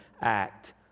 act